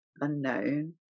unknown